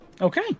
Okay